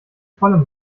vollem